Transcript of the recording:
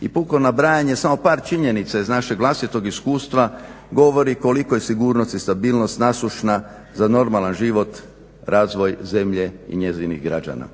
I puko nabrajanje samo par činjenica iz našeg vlastitog iskustva govori koliko je sigurnost i stabilnost nasušna za normalan život, razvoj zemlje i njezinih građana.